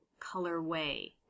colorway